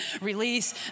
release